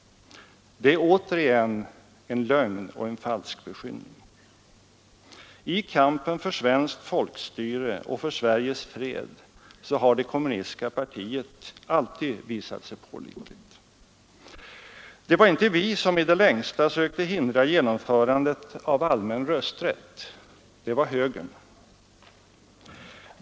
Det är återigen en lögn och en falsk beskyllning. I kampen för svenskt folkstyre och för Sveriges fred har det kommunistiska partiet alltid visat sig pålitligt. Det var inte vi som i det längsta sökte hindra genomförandet av allmän rösträtt. Det var högern.